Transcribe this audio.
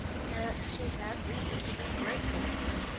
yet she had reason to be grateful to him.